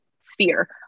sphere